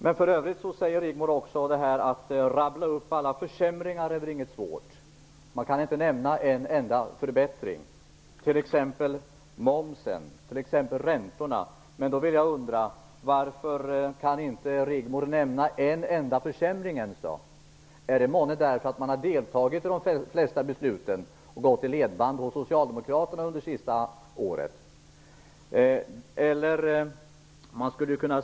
Det är inte svårt att rabbla upp alla försämringar, säger Rigmor Ahlstedt, men man kan inte nämna en enda förbättring, t.ex. momsen och räntorna. Då undrar jag: Varför kan Rigmor Ahlstedt inte nämna en enda försämring? Beror det månne på att man har deltagit i de flesta besluten och gått i Socialdemokraternas ledband under det senaste året?